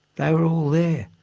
they were all there,